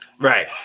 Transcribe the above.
Right